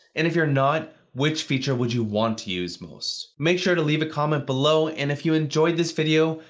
and if you're not, which feature would you want to use most. make sure to leave a comment below and if you enjoyed this video,